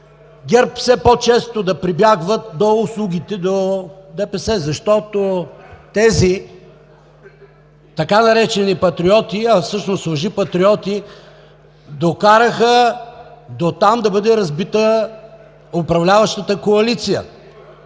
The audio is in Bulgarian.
– все по-често да прибягват до услугите на ДПС, защото тези така наречени патриоти, а всъщност лъжепатриоти, докараха до там да бъде разбита управляващата коалиция.